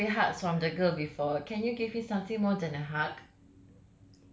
but I've already got three hugs from the girl before can you give me something more than a hug